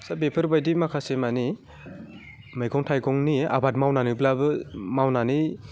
स' बेफोरबायदि माखासे माने मैगं थाइगंनि आबाद मावनानैब्लाबो मावनानै